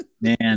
Man